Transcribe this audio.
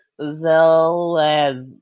Zelaz